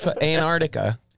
Antarctica